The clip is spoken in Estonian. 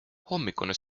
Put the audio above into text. hommikune